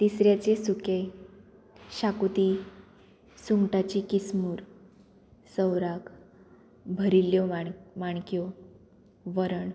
तिसऱ्याचे सुकें शाकुती सुंगटाची किसमूर सौराक भरिल्ल्यो माण माणक्यो वरण